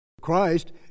Christ